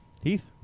Heath